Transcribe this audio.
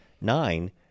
nine